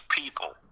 people